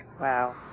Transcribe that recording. Wow